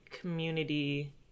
community